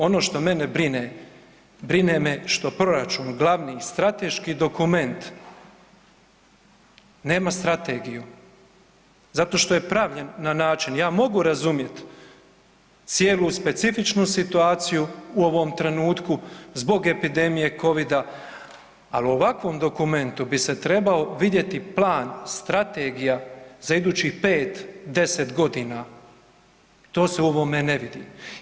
Ono što mene brine, brine me što proračun, glavni, strateški dokument nema strategiju zato što je pravljen na način, ja mogu razumjet cijelu specifičnu situaciju u ovom trenutku zbog epidemije covida, al u ovakvom dokumentu bi se trebao vidjeti plan strategija za idućih 5-10.g. To se u ovome ne vidi.